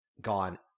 gone